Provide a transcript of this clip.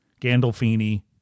Gandolfini